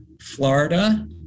Florida